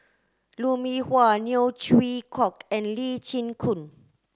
Lou Mee Wah Neo Chwee Kok and Lee Chin Koon